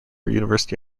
university